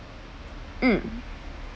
mm